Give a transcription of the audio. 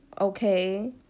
okay